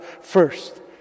first